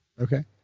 Okay